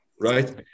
right